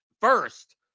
first